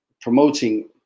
promoting